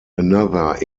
another